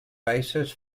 basis